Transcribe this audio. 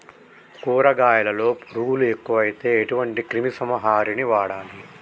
కూరగాయలలో పురుగులు ఎక్కువైతే ఎటువంటి క్రిమి సంహారిణి వాడాలి?